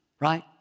right